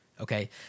okay